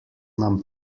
nam